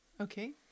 Okay